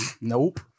Nope